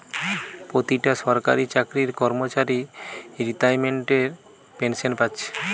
পোতিটা সরকারি চাকরির কর্মচারী রিতাইমেন্টের পেনশেন পাচ্ছে